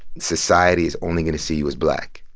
society is only going to see you as black.